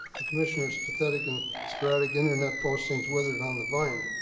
the commissioner's pathetic and sporadic internet postings withered on the vine.